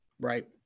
Right